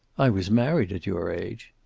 i was married at your age.